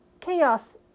chaos